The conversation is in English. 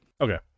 Okay